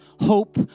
Hope